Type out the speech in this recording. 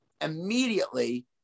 immediately